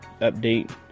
update